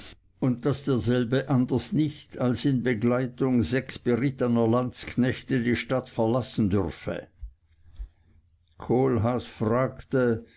und daß derselbe anders nicht als in begleitung sechs berittener landsknechte die stadt verlassen dürfe kohlhaas fragte